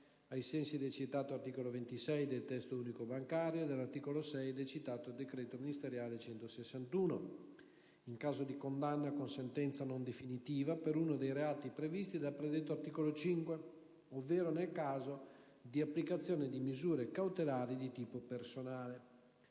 ai sensi del citato articolo 26 del Testo unico bancario e dell'articolo 6 del citato decreto ministeriale n. 161, in caso di condanna con sentenza non definitiva per uno dei reati previsti dal predetto articolo 5, ovvero nel caso di applicazione di misure cautelari di tipo personale.